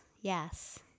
yes